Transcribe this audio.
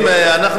אנחנו,